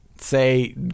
Say